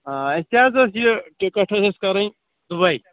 آ أسۍ تہِ حظ اوس یہِ ٹِکَٹ ٲس اَسہِ کَڈٕنۍ دُبے